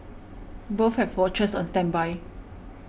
both have watchers on standby